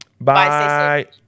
Bye